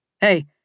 Hey